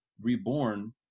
reborn